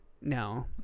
No